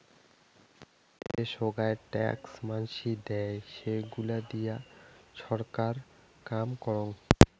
যে সোগায় ট্যাক্স মানসি দেয়, সেইগুলা দিয়ে ছরকার কাম করং